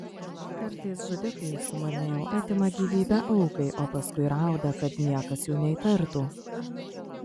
kartais žudikai sumurmėjau atima gyvybę aukai o paskui rauda kad niekas jų neįtartų